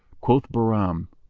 quoth bahram,